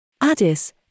Addis